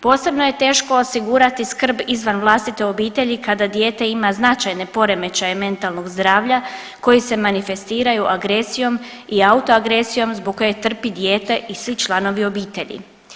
Posebno je teško osigurati skrb izvan vlastite obitelji kada dijete ima značajne poremećaje mentalnog zdravlja koji se manifestiraju agresijom i autoagresijom zbog koje trpi dijete i svi članovi obitelji.